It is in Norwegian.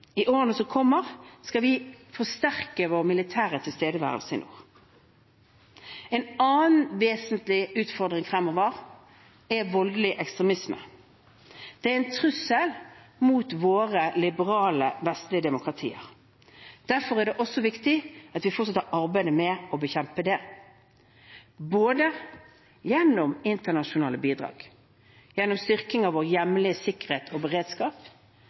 I årene som kommer, skal vi forsterke vår militære tilstedeværelse i nord. En annen vesentlig utfordring fremover er voldelig ekstremisme. Det er en trussel mot våre liberale vestlige demokratier. Derfor er det også viktig at vi fortsetter arbeidet med å bekjempe det, både gjennom internasjonale bidrag, gjennom styrking av vår hjemlige sikkerhet og beredskap